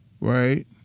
right